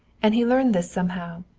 and he learned this somehow.